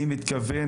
אני מתכוון